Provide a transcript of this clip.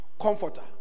comforter